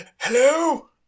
hello